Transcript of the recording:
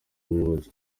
ubuyobozi